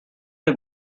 did